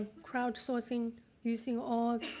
crowd sourcing using all